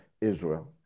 Israel